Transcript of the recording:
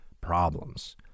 problems